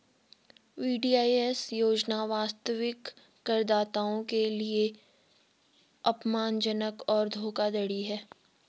VDIS योजना वास्तविक करदाताओं के लिए अपमानजनक और धोखाधड़ी है